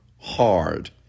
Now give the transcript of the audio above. hard